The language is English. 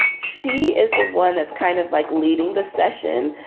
she is the one that's kind of like leading the session.